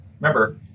remember